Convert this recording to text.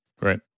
Right